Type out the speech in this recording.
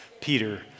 Peter